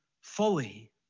fully